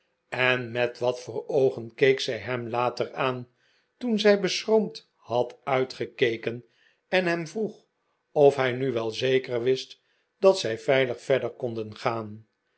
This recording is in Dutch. en met wat voor oogen keek zij hem later aan toen zij beschroomd had uitgekeken en hem vroeg of hij nu wel zeker wist dat zij veilig verder konden gaan